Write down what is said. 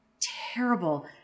terrible